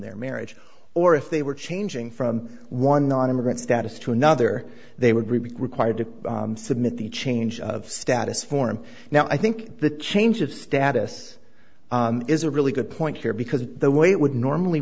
their marriage or if they were changing from one nonimmigrant status to another they were required to submit the change of status form now i think the change of status is a really good point here because the way it would normally